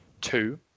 Two